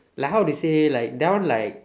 like how to say like that one like